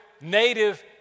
native